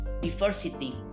diversity